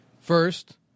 First